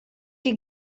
die